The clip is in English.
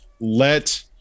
Let